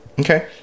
Okay